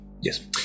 yes